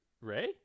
Ray